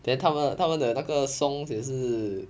then 他们他们的那个 songs 也是